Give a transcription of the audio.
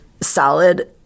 salad